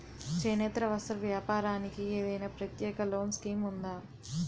చేనేత వస్త్ర వ్యాపారానికి ఏదైనా ప్రత్యేక లోన్ స్కీం ఉందా?